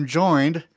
joined